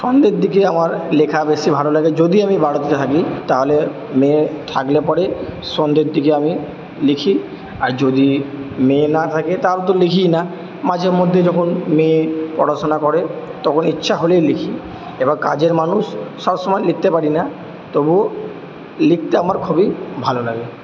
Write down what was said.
সন্ধের দিকে আমার লেখা বেশি ভালো লাগে যদি আমি বাড়িতে থাকি তাহলে মেয়ে থাকলে পরে সন্ধের দিকে আমি লিখি আর যদি মেয়ে না থাকে তাহলে তো লিখিই না মাঝে মধ্যে যখন মেয়ে পড়াশোনা করে তখন ইচ্ছা হলেই লিখি এবার কাজের মানুষ সবসময় লিখতে পারি না তবুও লিখতে আমার খুবই ভালো লাগে